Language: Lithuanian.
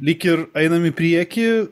lyg ir einam į priekį